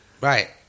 Right